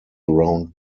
round